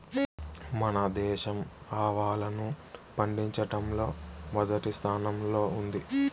మన దేశం ఆవాలను పండిచటంలో మొదటి స్థానం లో ఉంది